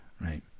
Right